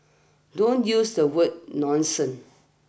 don't use the word nonsense